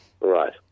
Right